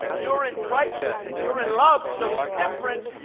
you're in crisis and you're in love so it's different.